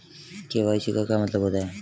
KYC का क्या मतलब होता है?